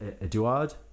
Eduard